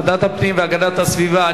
והגנת הסביבה.